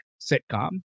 sitcom